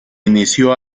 inició